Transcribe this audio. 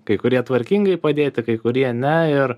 kai kurie tvarkingai padėti kai kurie ne ir